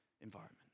environment